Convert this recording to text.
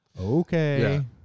okay